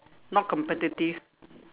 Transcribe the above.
not competitive